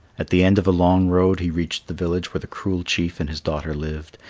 at the end of a long road he reached the village where the cruel chief and his daughter lived.